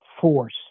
force